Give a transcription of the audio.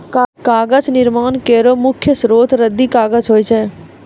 कागज निर्माण केरो मुख्य स्रोत रद्दी कागज होय छै